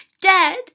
Dead